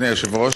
אדוני היושב-ראש,